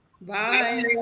Bye